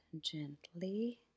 gently